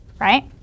right